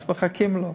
אז מחכים לו.